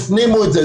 ותפנימו את זה.